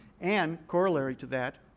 and corollary to that,